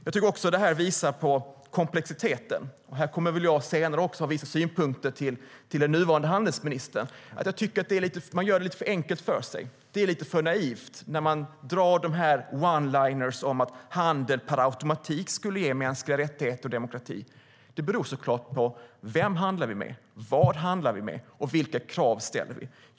Jag tycker också att det här visar på komplexiteten. Här kommer jag väl senare också att delge den nuvarande handelsministern vissa synpunkter. Jag tycker att man gör det lite för enkelt för sig. Det är lite för naivt att dra one-liners om att handel per automatik skulle ge mänskliga rättigheter och demokrati. Det beror såklart på vem vi handlar med, vad vi handlar med och vilka krav vi ställer.